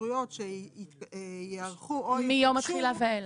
התקשרויות שייערכו מיום התחילה ואילך.